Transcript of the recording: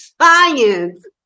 science